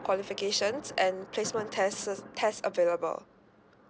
qualifications and placement tests test available